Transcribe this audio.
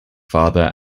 father